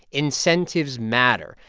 incentives matter.